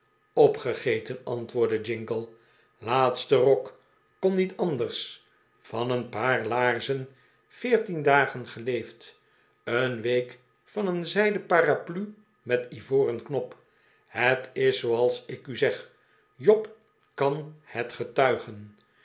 opgegeten antwoordde jingle laatste rok kon niet anders van een paar laarzen veertien dagen geleefd een week van een zijden paraplu met ivoren knop het is zooals ik u zeg job kan het getuigen